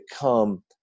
come